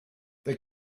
they